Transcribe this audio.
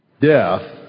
death